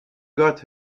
got